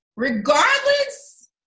Regardless